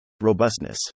Robustness